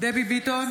דבי ביטון,